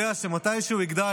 יודע שמתי שהוא יגדל,